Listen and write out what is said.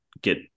get